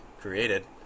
created